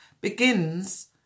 begins